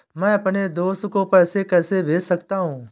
मैं अपने दोस्त को पैसे कैसे भेज सकता हूँ?